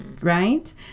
right